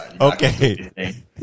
Okay